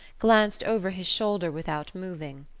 glanced over his shoulder without moving.